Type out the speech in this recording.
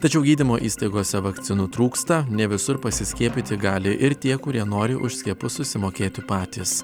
tačiau gydymo įstaigose vakcinų trūksta ne visur pasiskiepyti gali ir tie kurie nori už skiepus susimokėti patys